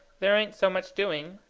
there ain't so much doing.